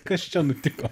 kas čia nutiko